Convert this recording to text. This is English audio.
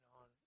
on